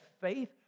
faith